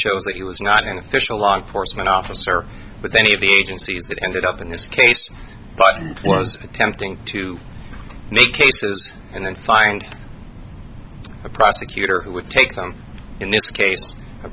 shows that he was not an official law enforcement officer but any of the agencies that ended up in this case but was attempting to make cases and then find a prosecutor who would take them in this case a